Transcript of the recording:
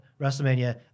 WrestleMania